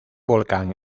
volcán